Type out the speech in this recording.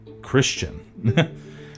Christian